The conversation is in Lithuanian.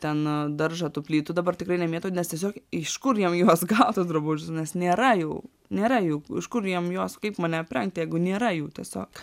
ten daržą tų plytų dabar tikrai nemėtau nes tiesiog iš kur jiem juos gaut tuos drabužius nes nėra jų nėra jų iš kur jiem juos kaip mane aprengt jeigu nėra jų tiesiog